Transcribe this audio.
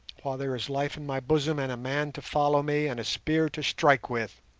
while there is life in my bosom and a man to follow me and a spear to strike with.